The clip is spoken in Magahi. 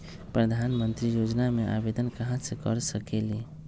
प्रधानमंत्री योजना में आवेदन कहा से कर सकेली?